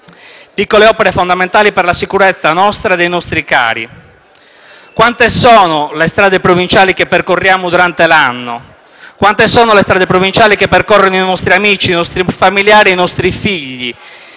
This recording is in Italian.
piccole opere, fondamentali per la sicurezza nostra e dei nostri cari. Quante sono le strade provinciali che percorriamo durante l'anno? Quante sono le strade provinciali che percorrono i nostri amici, i nostri familiari, i nostri figli,